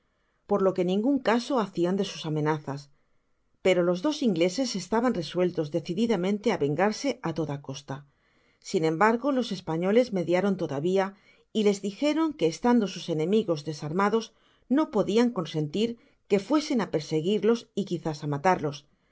por lo que ningun caso hacian de sus amenazas pero los dos ingleses estaban resueltos decididamente á vengarse toda costa sin embargo los españoles mediaron todavía y les dijeron que estando sus enemigos desarmdos no podian consentir que fuesen á perseguirlos y quizás k matarlos